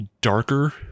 darker